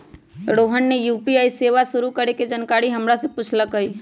रोहन ने यू.पी.आई सेवा शुरू करे के जानकारी हमरा से पूछल कई